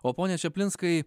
o pone čaplinskai